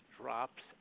drops